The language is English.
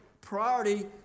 priority